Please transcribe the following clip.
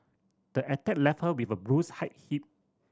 the attack left her with a bruised height hip